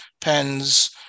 pens